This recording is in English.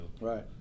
right